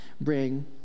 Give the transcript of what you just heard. bring